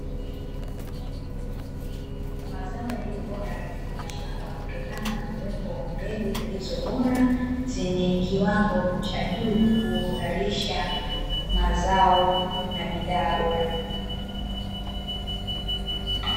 Mazao yaliyo bora katika mashamba, hutokana na uwepo wa mbegu zilizobora zenye kiwango cha juu, kuzalisha mazao na bidhaa bora.